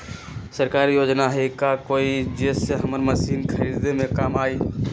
सरकारी योजना हई का कोइ जे से हमरा मशीन खरीदे में काम आई?